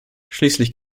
schließlich